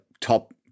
top